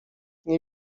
nie